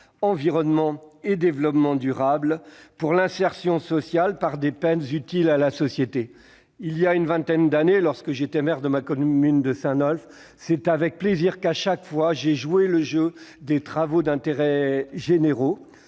vous appelez « TIG verts », pour l'insertion sociale par des peines utiles à la société. Il y a une vingtaine d'années, lorsque j'étais maire de la commune de Saint-Nolff, c'est avec plaisir que j'ai chaque fois joué le jeu des travaux d'intérêt général.